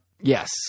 Yes